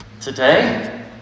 Today